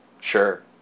Sure